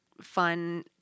fun